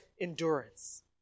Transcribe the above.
endurance